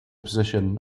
position